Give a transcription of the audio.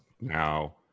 Now